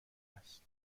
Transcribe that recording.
است